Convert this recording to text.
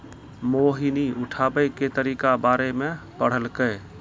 मोहिनी उठाबै के तरीका बारे मे पढ़लकै